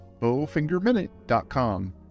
bowfingerminute.com